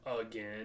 again